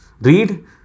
Read